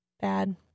Bad